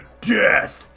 death